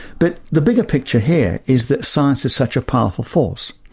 but the bigger picture here is that science is such a powerful force.